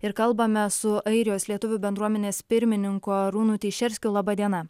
ir kalbame su airijos lietuvių bendruomenės pirmininku arūnu teišerskiu laba diena